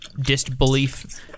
disbelief